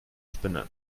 spinnen